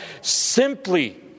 simply